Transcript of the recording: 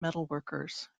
metalworkers